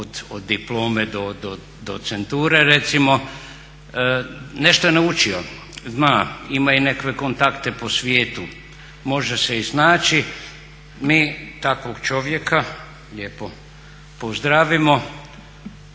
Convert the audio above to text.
od diplome do docenture recimo, nešto je naučio, zna, ima i nekakve kontakte po svijetu, može se i snaći. Mi takvog čovjeka lijepo pozdravimo,